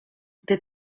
gdy